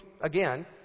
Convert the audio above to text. again